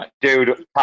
dude